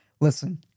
Listen